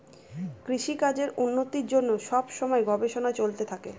কৃষিকাজের উন্নতির জন্য সব সময় গবেষণা চলতে থাকে